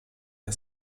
der